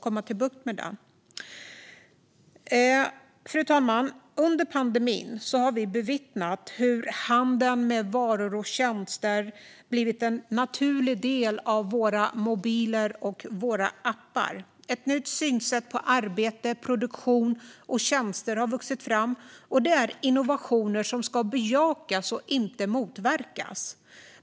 Fru talman! Under pandemin har vi bevittnat hur handeln med varor och tjänster blivit en naturlig del av våra mobiler och appar. Ett nytt synsätt på arbete, produktion och tjänster har vuxit fram, och detta är innovationer som ska bejakas och inte motverkas.